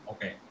Okay